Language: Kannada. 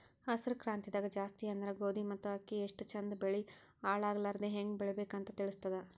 ಹಸ್ರ್ ಕ್ರಾಂತಿದಾಗ್ ಜಾಸ್ತಿ ಅಂದ್ರ ಗೋಧಿ ಮತ್ತ್ ಅಕ್ಕಿ ಎಷ್ಟ್ ಚಂದ್ ಬೆಳಿ ಹಾಳಾಗಲಾರದೆ ಹೆಂಗ್ ಬೆಳಿಬೇಕ್ ಅಂತ್ ತಿಳಸ್ತದ್